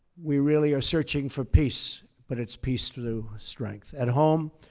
we really are searching for peace, but it's peace through strength. at home,